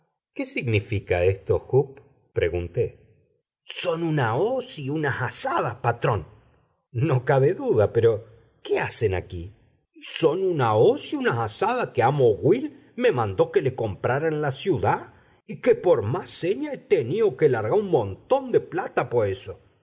qué significa esto jup pregunté son una hoz y unas azadas patrón no cabe duda pero qué hacen aquí son una hoz y unas azadas que amo will me mandó que le comprara en la ciudad y que por má señas he tenío que largar un montón de plata po eso